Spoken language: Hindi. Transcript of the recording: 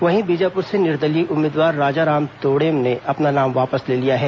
वहीं बीजापुर से निर्दलीय उम्मीदवार राजाराम तोड़ेम ने अपना नाम वापस ले लिया है